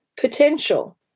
potential